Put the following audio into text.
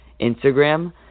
Instagram